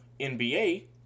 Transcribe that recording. NBA